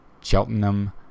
Cheltenham